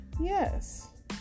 Yes